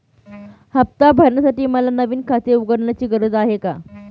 हफ्ता भरण्यासाठी मला नवीन खाते उघडण्याची गरज आहे का?